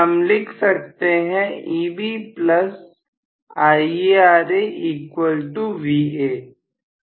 हम लिख सकते हैं Eb plus IaRa equal to Va